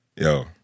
yo